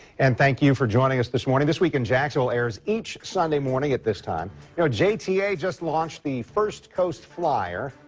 and thank you for joining us this morning. this week in jacksonville airs each sunday morning at this time. you know just launched the first coast flyer.